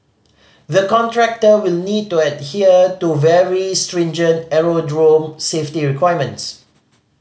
the contractor will need to adhere to very stringent aerodrome safety requirements